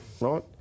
right